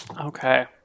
okay